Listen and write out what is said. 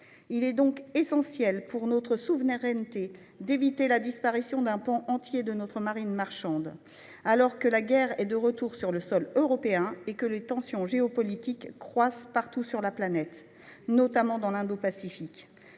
Il est donc essentiel pour notre souveraineté d'éviter la disparition d'un pan entier de notre marine marchande, alors que la guerre est de retour sur le sol européen et que les tensions géopolitiques croissent partout sur la planète, notamment dans l'Indopacifique.